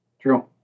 True